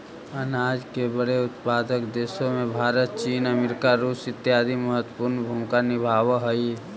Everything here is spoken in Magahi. अनाज के बड़े उत्पादक देशों में भारत चीन अमेरिका रूस इत्यादि महत्वपूर्ण भूमिका निभावअ हई